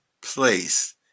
place